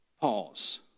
Pause